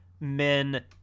men